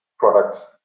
products